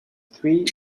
three